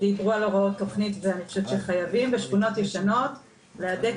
אני חושבת שחייבים בשכונות ישנות להדק